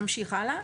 נמשיך הלאה.